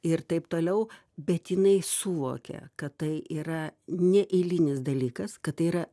ir taip toliau bet jinai suvokė kad tai yra neeilinis dalykas kad tai yra